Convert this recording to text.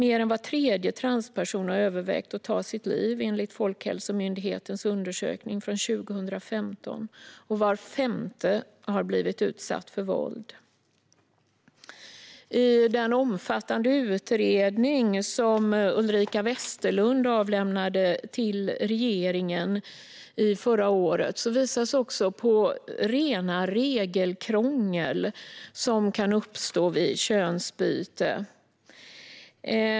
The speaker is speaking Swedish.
Enligt Folkhälsomyndighetens undersökning från 2015 har mer än var tredje transperson övervägt att ta sitt liv och var femte blivit utsatt för våld. I den omfattande utredning som Ulrika Westerlund avlämnade till regeringen förra året visas också på rent regelkrångel som kan uppstå vid könsbyte.